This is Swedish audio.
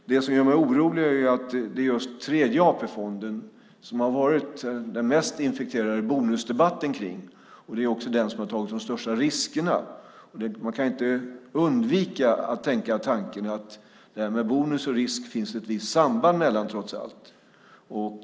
Det som gör mig orolig är att det är just Tredje AP-fonden som det har varit den mest infekterade bonusdebatten kring. Det är också den som har tagit de största riskerna. Man kan inte undvika att tänka tanken att det trots allt finns ett visst samband mellan bonus och risk.